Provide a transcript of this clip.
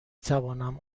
توانم